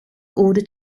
order